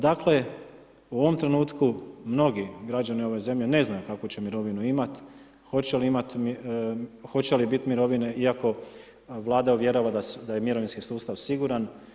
Dakle, u ovom trenutku mnogi građani ove zemlje ne znaju kakvu će mirovinu imati, hoće li biti mirovine iako Vlada uvjerava da je mirovinski sustav siguran.